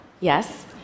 yes